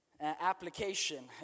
application